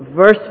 verse